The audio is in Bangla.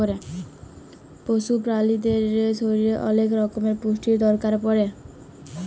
পশু প্রালিদের শরীরের ওলেক রক্যমের পুষ্টির দরকার পড়ে